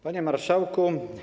Panie Marszałku!